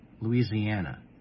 Louisiana